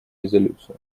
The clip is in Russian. резолюцию